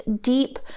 deep